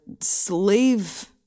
slave